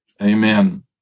Amen